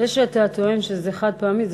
זה שאתה אומר שזה חד-פעמי,